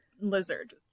lizard